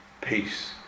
peace